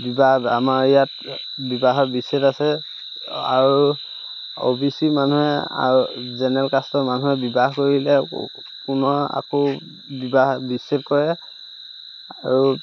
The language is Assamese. বিবাহ আমাৰ ইয়াত বিবাহৰ বিচ্ছেদ আছে আৰু অ' বি চি মানুহে আৰু জেনেৰেল কাষ্টৰ মানুহে বিবাহ কৰিলে পুনৰ আকৌ বিবাহ বিচ্ছেদ কৰে আৰু